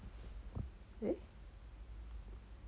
eh